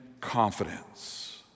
confidence